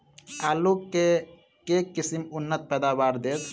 आलु केँ के किसिम उन्नत पैदावार देत?